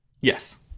Yes